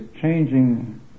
changing